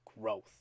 growth